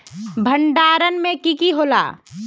भण्डारण में की की होला?